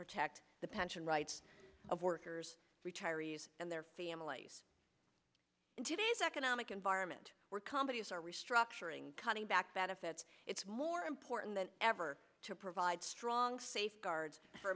protect the pension rights of workers retirees and their families in today's economic environment where companies are restructuring cutting back benefits it's more important than ever to provide strong safeguards for